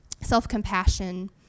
self-compassion